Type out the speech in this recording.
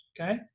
okay